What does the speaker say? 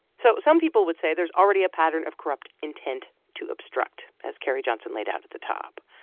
so some people would say there's already a pattern of corrupt intent to obstruct, as carrie johnson laid out at the top.